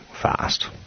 fast